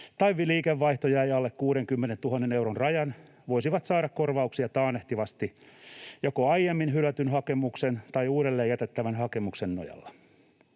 tai liikevaihto jäi alle 60 000 euron rajan, voisivat saada korvauksia taannehtivasti joko aiemmin hylätyn hakemuksen tai uudelleen jätettävän hakemuksen nojalla.